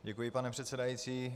Děkuji, pane předsedající.